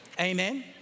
Amen